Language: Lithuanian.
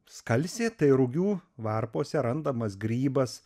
skalsė tai rugių varpose randamas grybas